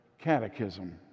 Catechism